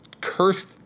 cursed